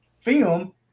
film